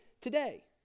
today